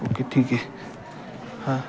okay ठीक आहे हां